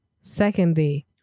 Secondly